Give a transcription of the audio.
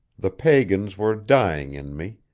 the pagans were dying in me.